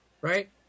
Right